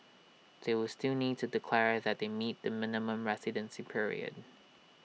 they will still need to declare that they meet the minimum residency period